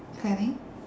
planning